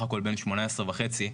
הכול בן 18 וחצי,